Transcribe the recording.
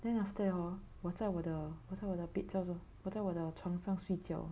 then after that hor 我在我的我在我的 bed 叫做我在我的床上睡觉